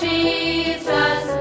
Jesus